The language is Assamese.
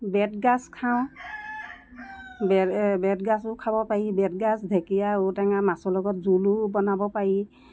বেতগাজ খাওঁ বে বেতগাজ খাব পাৰি বেতগাজ ঢেকীয়া ঔটেঙা মাছৰ লগত জোলো বনাব পাৰি